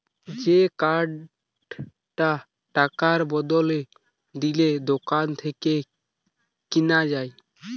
যে কার্ডটা টাকার বদলে দিলে দোকান থেকে কিনা যায়